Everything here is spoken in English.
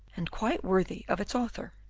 and quite worthy of its author.